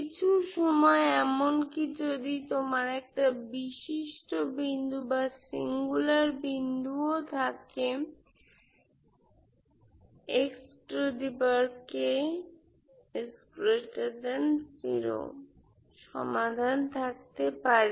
কিছুসময় এমনকি যদি তোমার একটা সিঙ্গুলার বিন্দু থাকেও সমাধান থাকতে পারে